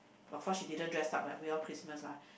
of course she didn't dress up right we all Christmas mah